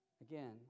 Again